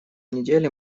недели